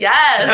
Yes